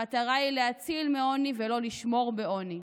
המטרה היא להציל מעוני ולא לשמור בעוני.